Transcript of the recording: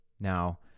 Now